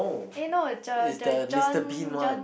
eh no the the John John